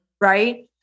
right